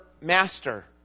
master